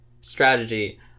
strategy